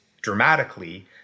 dramatically